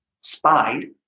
spied